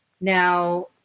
now